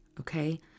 okay